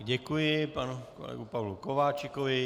Děkuji panu kolegovi Pavlu Kováčikovi.